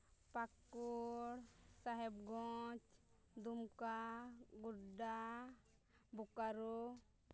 Pakur Sahebganj Dumka Godda Bokaro